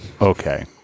Okay